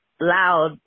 loud